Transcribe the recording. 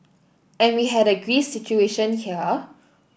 and we had a Greece situation here